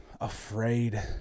afraid